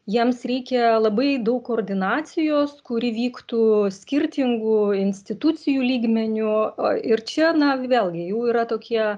jiems reikia labai daug koordinacijos kuri vyktų skirtingų institucijų lygmeniu a ir čia na vėlgi jau yra tokie